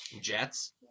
Jets